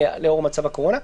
לאור מצב הקורונה.